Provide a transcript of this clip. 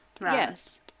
Yes